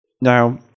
Now